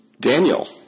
Daniel